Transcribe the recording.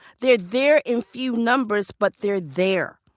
they're there in few numbers, but they're there.